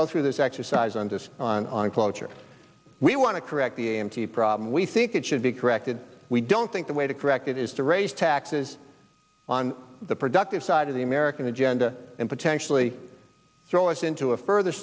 go through this exercise on this on on cloture we want to correct the a m t problem we think it should be corrected we don't think the way to correct it is to raise taxes on the productive side of the american agenda and potentially throw us into a further